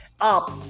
up